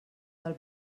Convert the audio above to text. del